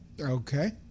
Okay